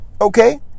okay